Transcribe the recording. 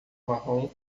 marrom